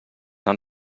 han